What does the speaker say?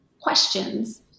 questions